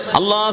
Allah